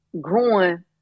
growing